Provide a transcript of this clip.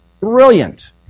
Brilliant